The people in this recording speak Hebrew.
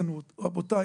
ועדת מור-יוסף.